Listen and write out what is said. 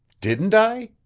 didn't i?